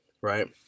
Right